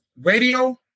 radio